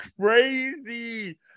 crazy